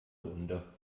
runde